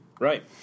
Right